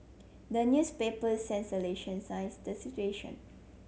the newspapers the situation